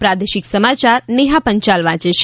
પ્રાદેશિક સમાચાર નેહા પંચાલ વાંચે છે